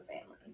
family